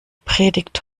predigt